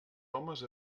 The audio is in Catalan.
homes